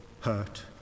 hurt